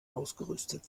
ausgerüstet